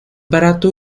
barato